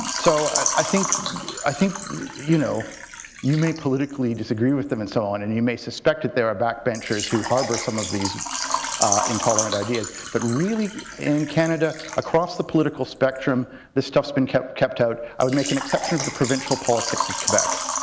so, i think i think you know you may politically disagree with them and so on and you may suspect that they are backbenchers who harbour some of these intolerant ideas, but really in canada across the political spectrum these stuff has been kept kept out. i would make an exception to the provincial politics of quebec,